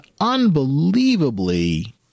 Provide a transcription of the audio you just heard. unbelievably